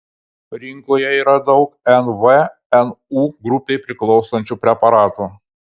rinkoje yra daug nvnu grupei priklausančių preparatų